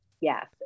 yes